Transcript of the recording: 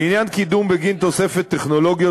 לעניין קידום בגין תוספת טכנולוגיות,